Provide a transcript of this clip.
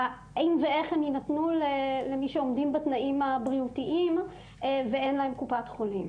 האם ואיך הן יינתנו למי שעומדים בתנאים הבריאותיים ואין להם קופת חולים.